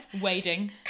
wading